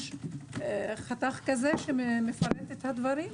יש חתך כזה שמפרט את הדברים?